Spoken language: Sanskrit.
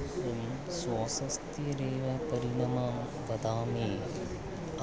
वयं स्वास्थ्यस्येव परिणामं वदामि